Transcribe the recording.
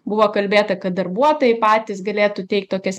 buvo kalbėta kad darbuotojai patys galėtų teikt tokias